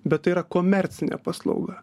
bet tai yra komercinė paslauga